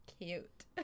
cute